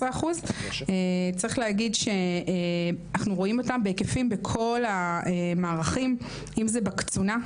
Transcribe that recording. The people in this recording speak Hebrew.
18%. צריך להגיד שאנחנו רואים אותם בהיקפים בכל המערכים - אם זה בקצונה,